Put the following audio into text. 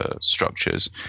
structures